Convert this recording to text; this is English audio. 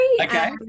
Okay